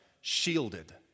Shielded